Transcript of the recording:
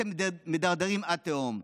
אתם מדרדרים עד תהום.